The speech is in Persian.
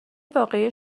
واقعی